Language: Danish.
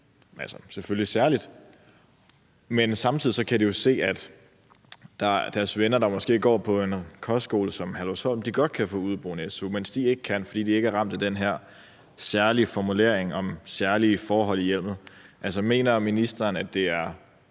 lyde, ja, særligt. Samtidig kan de jo se, at deres venner, der måske går på en kostskole som Herlufsholm, godt kan få su for udeboende, mens de ikke kan, fordi de ikke er ramt af den her særlige formulering om særlige forhold i hjemmet. Altså, mener ministeren, at det er